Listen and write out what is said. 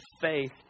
faith